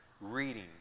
reading